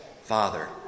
father